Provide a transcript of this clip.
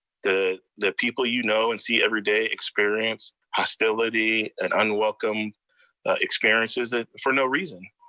the the people you know and see every day experience hostility and unwelcome experiences and for no reason.